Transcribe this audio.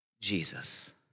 Jesus